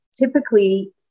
typically